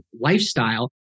lifestyle